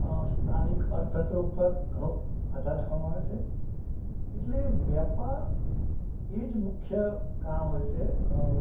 અ સ્થાનિક અર્થતંત્ર ઉપર ઘણો આધાર રાખવામાં આવે છે એટલે વ્યાપાર એ જ મુખ્ય કારણ હોય છે અ